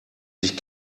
sich